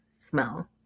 smell